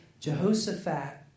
Jehoshaphat